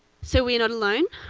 so we're not alone.